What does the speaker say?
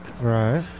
Right